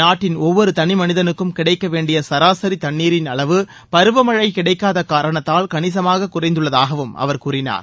நாட்டின் ஒவ்வொரு தனி மனிதனுக்கும் கிடைக்க வேண்டிய சராசரி தண்ணீரின் அளவு பருவமழை கிடைக்காத காரணத்தால் கணிசமாக குறைந்துள்ளதாகவும் அவர் கூறினார்